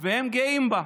והם גאים בה,